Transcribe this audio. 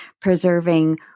preserving